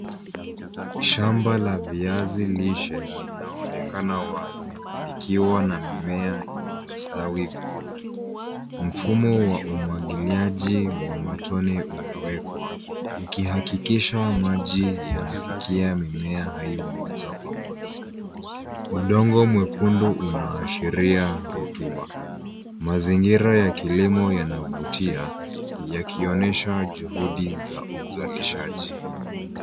Shamba la viazi lishe linaonekana wazi likiwa na mimea iliyostawi vizuri. Mfumo wa umwagiliaji wa matone umewekwa ukihakikisha maji yanafikia mimea hayo moja kwa moja. Udongo mwekundu unaashiria rutuba. Mazingira ya kilimo yanavutia yakionyesha juhudi za uzalishaji.